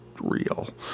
real